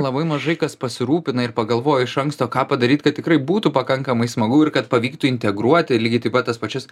labai mažai kas pasirūpina ir pagalvoja iš anksto ką padaryt kad tikrai būtų pakankamai smagu ir kad pavyktų integruoti lygiai taip pat tas pačias